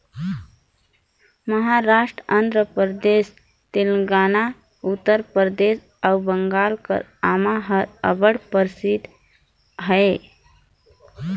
महारास्ट, आंध्र परदेस, तेलंगाना, उत्तर परदेस अउ बंगाल कर आमा हर अब्बड़ परसिद्ध अहे